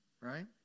right